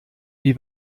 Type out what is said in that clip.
wie